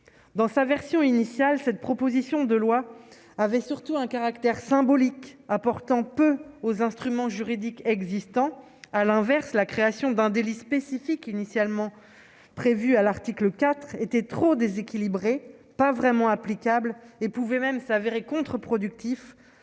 dans sa version initiale, cette proposition de loi avaient surtout un caractère symbolique important peu aux instruments juridiques existants, à l'inverse, la création d'un délit spécifique initialement prévue à l'article IV était trop déséquilibrée, pas vraiment applicable et pouvait même s'avérer contre-productif